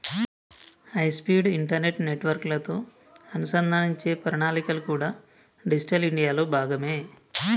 high speed internet నెట్వర్క్లతో అనుసంధానించే ప్రణాళికలు కూడా డిజిటల్ ఇండియాలో భాగమే